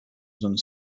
zones